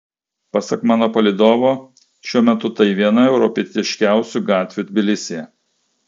pasak mano palydovo šiuo metu tai viena europietiškiausių gatvių tbilisyje